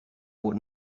what